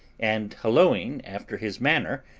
and hallooing after his manner,